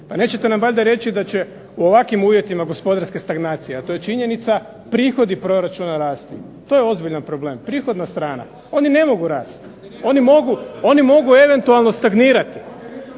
Pa nećete nam valjda reći da će u ovakvim uvjetima gospodarske stagnacije, a to je činjenica, prihodi proračuna rasti. To je ozbiljan problem, prihodna strana. Oni ne mogu rast, oni mogu… … /Govornici